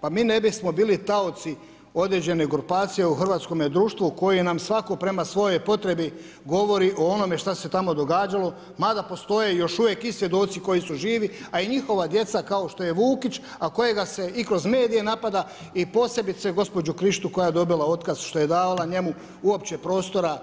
Pa mi ne bismo bili taoci određene grupacije u hrvatskome društvu koje nam svatko prema svojoj potrebi govori o onome što se tamo događalo mada postoje još uvijek i svjedoci koji su živi a i njihova djeca kao što je Vukić a koje ga se i kroz medije napada i posebice gospođu Krištu koja je dobila otkaz što je davala njemu uopće prostora